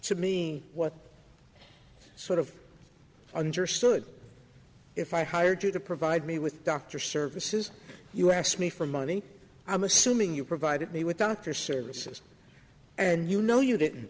to me what sort of understood if i hired you to provide me with dr services you asked me for money i'm assuming you provided me with dr services and you know you didn't